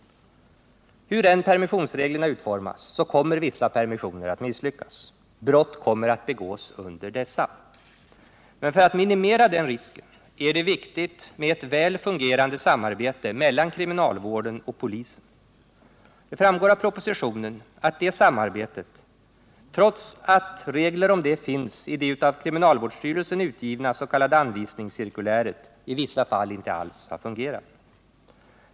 Hur än permissionsreglerna utformas kommer vissa permissioner att misslyckas. Brott kommer att begås under dessa. Men för att minimera den risken är det viktigt med väl fungerande samarbete mellan kriminalvården och polisen. Det framgår av propositionen att detta samarbete, trots att regler om det finns i det av kriminalvårdsstyrelsen utgivna s.k. anvisningscirkuläret, i vissa fall inte alls har fungerat.